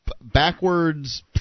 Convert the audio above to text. backwards